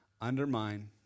Undermine